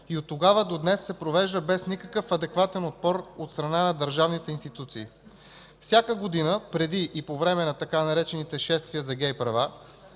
и оттогава до днес се провежда без никакъв адекватен отпор от страна на държавните институции. Всяка година преди и по време на така наречените „шествия за гей права”